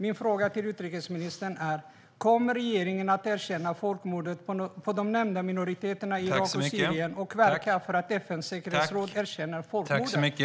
Min fråga till utrikesministern är: Kommer regeringen att erkänna folkmordet på de nämnda minoriteterna i Irak och Syrien och verka för att FN:s säkerhetsråd erkänner folkmordet?